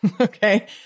Okay